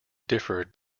differed